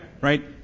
Right